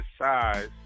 size